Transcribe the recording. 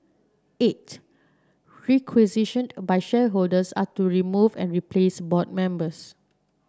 eight requisitioned by shareholders are to remove and replace board members